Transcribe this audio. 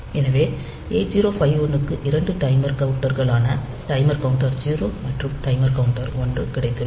எனவே 8051 க்கு இரண்டு டைமர் கவுண்டர்களான டைமர் கவுண்டர் 0 மற்றும் டைமர் கவுண்டர் 1 கிடைத்துள்ளன